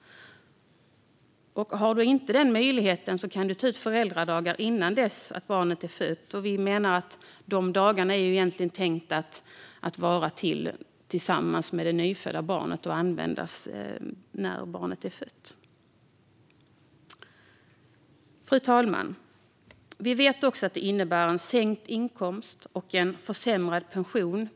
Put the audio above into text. Har du inte den möjligheten kan du ta ut föräldradagar innan barnet är fött. Vi menar att föräldradagarna egentligen är tänkta att användas när barnet är fött för att vara tillsammans med det nyfödda barnet. Fru talman! Vi vet också att föräldraledighet innebär en sänkt inkomst och försämrad pension.